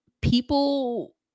people